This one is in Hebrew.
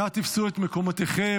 אנא תפסו את מקומותיכם.